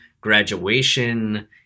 graduation